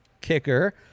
kicker